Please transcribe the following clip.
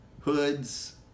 hoods